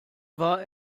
war